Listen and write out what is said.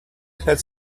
had